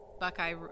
Buckeye